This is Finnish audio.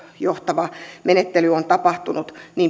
johtava menettely on tapahtunut